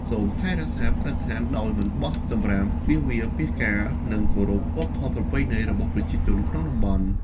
សូមថែរក្សាបរិស្ថាន ដោយមិនបោះសំរាមពាសវាលពាសកាល និងគោរពវប្បធម៌ប្រពៃណីរបស់ប្រជាជនក្នុងតំបន់។